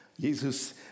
Jesus